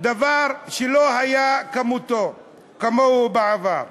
דבר שלא היה כמוהו בעבר.